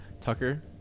Tucker